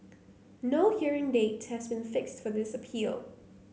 no hearing date has been fixed for this appeal